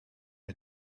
est